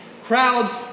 Crowds